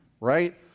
right